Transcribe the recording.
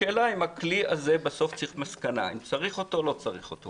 השאלה היא אם הכלי הזה בסוף צריך מסקנה אם צריך אותו או לא צריך אותו.